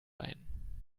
ein